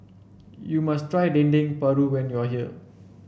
you must try Dendeng Paru when you are here